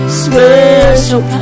special